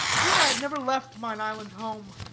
would i had never left mine island home!